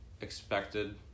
expected